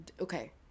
okay